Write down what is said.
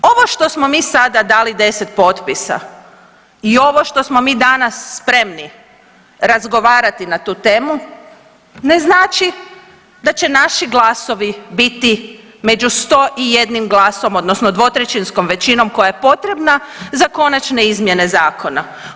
I da, ovo što smo mi sada dali 10 potpisa i ovo što smo mi danas spremni razgovarati na tu temu ne znači da će naši glasovi biti među 101 glasom odnosno 2/3 većinom koja je potrebna za konačne izmjene zakona.